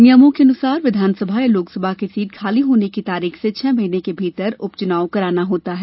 नियमों के अनुसार विधानसभा या लोकसभा की सीट खाली होने की तारीख से छह महीने के भीतर उपचुनाव कराना होता है